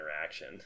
interaction